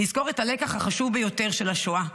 נזכור את הלקח החשוב ביותר של השואה.